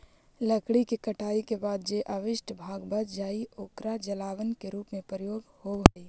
लकड़ी के कटाई के बाद जे अवशिष्ट भाग बच जा हई, ओकर जलावन के रूप में प्रयोग होवऽ हई